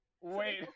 Wait